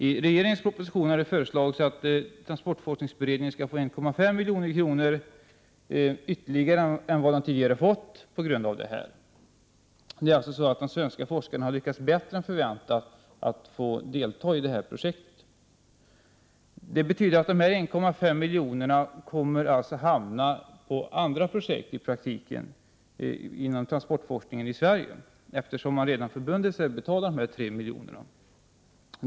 I regeringens proposition har det föreslagits att transportforskningsberedningen skall få 1,5 milj.kr. utöver vad den tidigare fått på grund av detta. De svenska forskarna har alltså lyckats bättre än väntat när det gäller att få delta i det här projektet. Det betyder att dessa 1,5 miljoner i praktiken kommer att hamna på andra projekt inom transportforskningen i Sverige — eftersom man redan har förbundit sig att betala de 3 miljonerna.